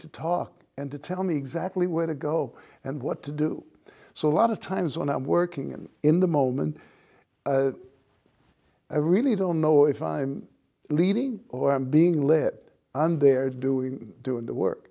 to talk and to tell me exactly where to go and what to do so a lot of times when i'm working and in the moment i really don't know if i'm leading or i'm being led and they're doing doing the work